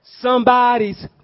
somebody's